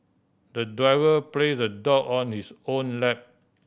the driver place the dog on his own lap